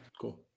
cool